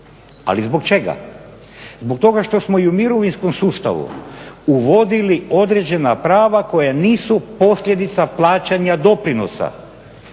ali zbog čega, zbog toga što smo i u Mirovinskom sustavu uvodili određena prava koja nisu posljedica plaćanja doprinosa,